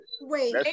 Wait